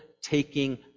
taking